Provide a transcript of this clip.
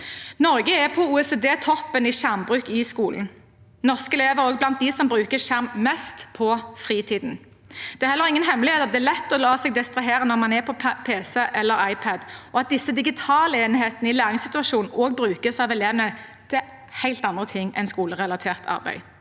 Norge er på OECD-toppen i skjermbruk i skolen. Norske elever er også blant dem som bruker skjerm mest på fritiden. Det er heller ingen hemmelighet at det er lett å la seg distrahere på pc eller iPad, og at disse digitale enhetene i læringssituasjonen også brukes av elevene til helt andre ting enn skolerelatert arbeid.